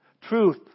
Truth